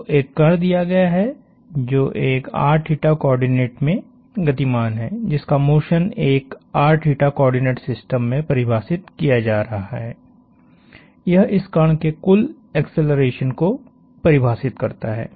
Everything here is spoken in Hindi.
तोएक कण दिया गया है जो एक r कोऑर्डिनेट में गतिमान है जिसका मोशन एक r कोऑर्डिनेट सिस्टम में परिभाषित किया जा रहा है यह इस कण के कुल एक्सेलरेशन को परिभाषित करता है